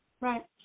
Right